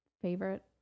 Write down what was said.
favorite